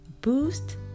boost